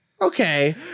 Okay